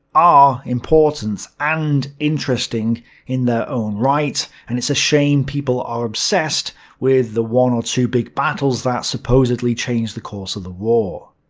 ah important and interesting in their own right, and it's a shame people are obsessed with the one or two big battles that supposedly changed the course of the war.